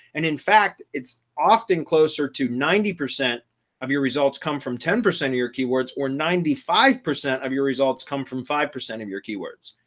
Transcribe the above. and in fact, it's often closer to ninety percent of your results come from ten percent of your keywords or ninety five percent of your results come from five percent of your keywords.